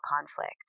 conflict